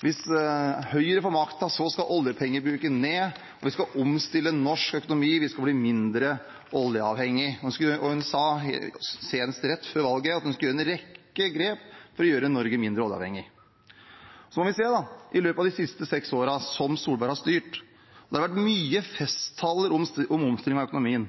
Hvis Høyre fikk makten, skulle oljepengebruken ned, og vi skulle omstille norsk økonomi, vi skulle bli mindre oljeavhengig. Hun sa senest rett før valget at hun skulle gjøre en rekke grep for å gjøre Norge mindre oljeavhengig. Så ser vi i løpet av de siste seks årene som Solberg har styrt: Det har vært mange festtaler om omstilling av økonomien,